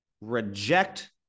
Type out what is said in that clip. reject